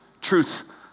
Truth